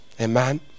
Amen